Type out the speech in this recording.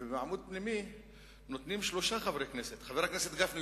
ובעמוד פנימי נותנים שלושה חברי כנסת: חבר הכנסת משה גפני,